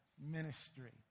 ministry